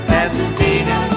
Pasadena